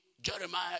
Jeremiah